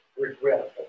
regrettable